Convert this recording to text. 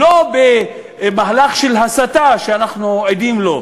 לא במהלך של הסתה, שאנחנו עדים לו.